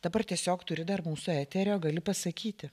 dabar tiesiog turi dar mūsų eterio gali pasakyti